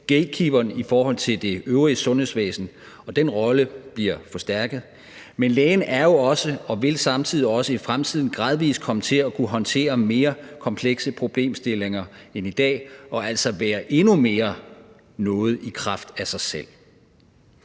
gatekeeperen i forhold til det øvrige sundhedsvæsen, og den rolle bliver forstærket, men lægen er jo også og vil samtidig også i fremtiden gradvis komme til at kunne håndtere mere komplekse problemstillinger end i dag og altså endnu mere være noget i kraft af sig selv.